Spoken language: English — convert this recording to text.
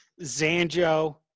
Zanjo